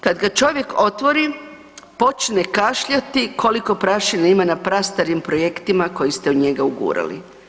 Kad ga čovjek otvori počne kašljati koliko prašine ima na prastarim projektima koji ste u njega ugurali.